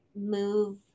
move